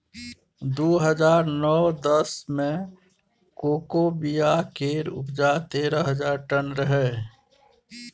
दु हजार नौ दस मे कोको बिया केर उपजा तेरह हजार टन रहै